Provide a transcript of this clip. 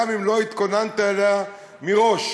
גם אם לא התכוננת אליה מראש.